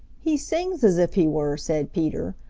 he sings as if he were, said peter,